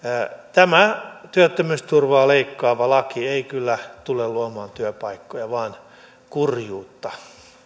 tämä työttömyysturvaa leikkaava laki ei kyllä tule luomaan työpaikkoja vaan kurjuutta